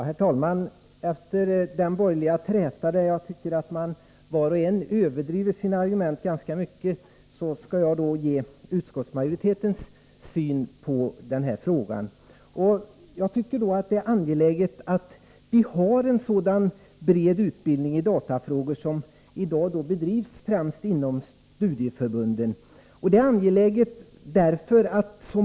Herr talman! Efter denna borgerliga träta, där de bägge ledamöterna enligt min mening överdrev i sin argumentation, skall jag ge utskottsmajoritetens syn på den här frågan. Jag tycker det är angeläget med den breda utbildning i datafrågor som i dag bedrivs inom studieförbunden.